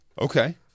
Okay